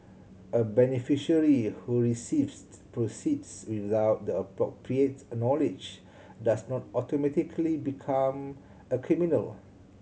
a beneficiary who receives proceeds without the appropriate knowledge does not automatically become a criminal